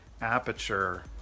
aperture